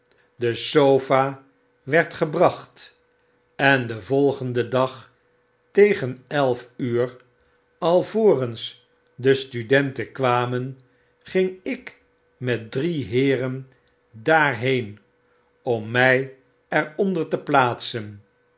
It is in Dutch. de sofa werd gebracht en den volgenden dag tegen elf uur alvorens de studenten kwamen ging ik met drie heeren daarheen om my er onder te plaatsen